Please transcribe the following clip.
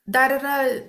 dar yra